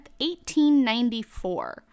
1894